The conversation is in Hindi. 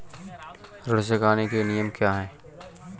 ऋण चुकाने के नियम क्या हैं?